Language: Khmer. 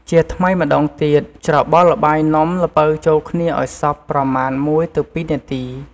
ជាថ្មីម្ដងទៀត ច្របល់ល្បាយនំល្ពៅចូលគ្នាឱ្យសព្វប្រមាណ ១ទៅ២ នាទី។